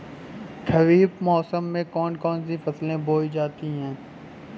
खरीफ मौसम में कौन कौन सी फसलें बोई जाती हैं?